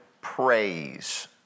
praise